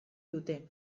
dute